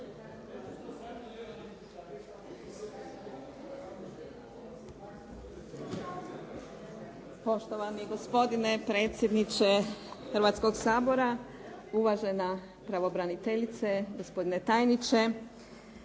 Poštovani gospodine predsjedniče Hrvatskoga sabora, uvažena pravobraniteljice, gospodine tajniče.